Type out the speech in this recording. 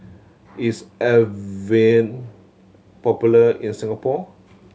is Avene popular in Singapore